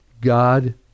God